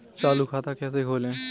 चालू खाता कैसे खोलें?